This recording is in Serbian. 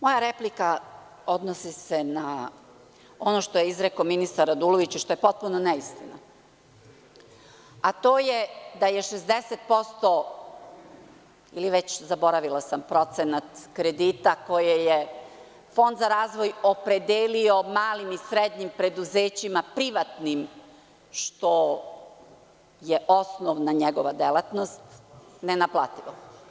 Moja replika se odnosi na ono što je izrekao ministar Radulović i što je potpuna neistina, a to je da je 60% ili već, zaboravila sam, procenat kredita koji je Fond za razvoj opredelio malim i srednjim preduzećima privatnim, što je njegova osnovna delatnost, nenaplativo.